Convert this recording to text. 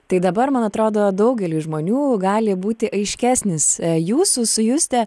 tai dabar man atrodo daugeliui žmonių gali būti aiškesnis jūsų su juste